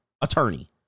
attorney